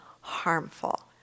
harmful